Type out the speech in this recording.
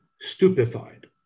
stupefied